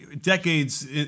decades